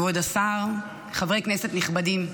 כבוד השר, חברי כנסת נכבדים,